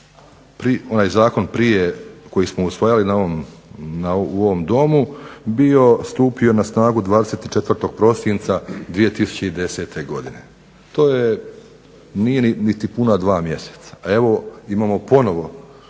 onaj Zakon prije koji smo usvajali u ovom Domu stupio na snagu 24. prosinca 2010. godine, to nije niti puna dva mjeseca.